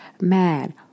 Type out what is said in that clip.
mad